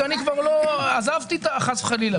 אני עזבתי, חס וחלילה.